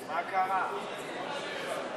לשנת התקציב 2016, כהצעת הוועדה,